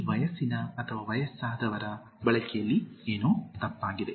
ಈ ವಯಸ್ಸಿನ ಅಥವಾ ವಯಸ್ಸಾದವರ ಬಳಕೆಯಲ್ಲಿ ಏನು ತಪ್ಪಾಗಿದೆ